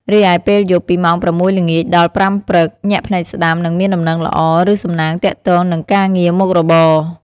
រីឯ ពេលយប់ ពីម៉ោង ៦ ល្ងាច ដល់ ៥ ព្រឹក ញាក់ភ្នែកស្តាំ នឹងមានដំណឹងល្អ ឬសំណាងទាក់ទងនឹងការងារមុខរបរ។